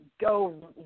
go